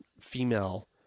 female